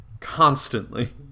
Constantly